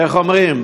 איך אומרים,